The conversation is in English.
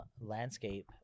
landscape